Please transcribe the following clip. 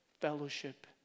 fellowship